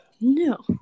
No